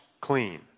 clean